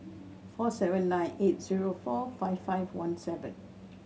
four seven nine eight zero four five five one seven